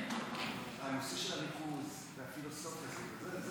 הנושא של הריקוד והפילוסופיה, איזה,